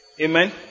Amen